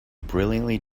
brilliantly